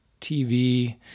TV